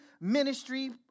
ministry